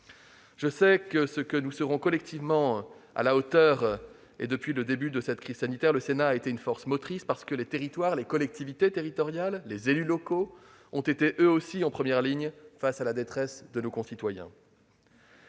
Je sais que nous serons collectivement à la hauteur. Depuis le début de cette crise sanitaire, le Sénat a été une force motrice. Les territoires, les collectivités territoriales, les élus locaux ont, eux aussi, été en première ligne face à la détresse de nos concitoyens.